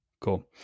Cool